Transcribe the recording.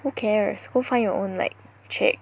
who cares go find your own like chick